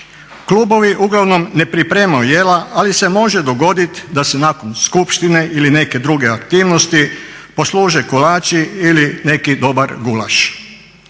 Klubovi uglavnom ne pripremaju jela, ali se može dogodit da se nakon skupštine ili neke druge aktivnosti posluže kolači ili neki dobar gulaš.